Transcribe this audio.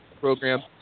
program